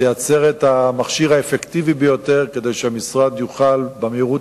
תייצר את המכשיר האפקטיבי ביותר כדי שהמשרד יוכל במהירות